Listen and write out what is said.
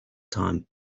time